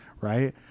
Right